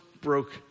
broke